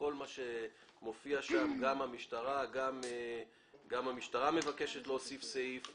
כל מה שמופיע שם, גם המשטרה מבקשת להוסיף סעיף,